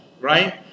right